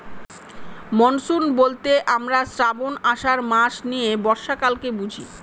monsoon বলতে আমরা শ্রাবন, আষাঢ় মাস নিয়ে বর্ষাকালকে বুঝি